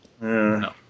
No